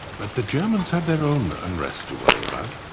but the germans have their own unrest to worry about.